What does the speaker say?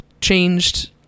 changed